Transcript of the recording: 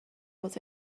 was